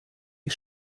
les